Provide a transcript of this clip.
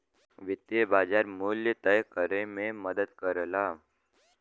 वित्तीय बाज़ार मूल्य तय करे में मदद करला